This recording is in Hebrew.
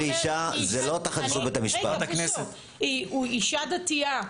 היא אישה דתייה.